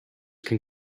can